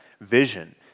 vision